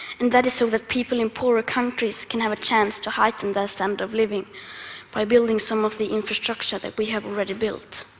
and that is so that people in poorer countries can have a chance to heighten their standard of living by building some of the infrastructure that we have already built,